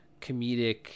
comedic